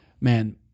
man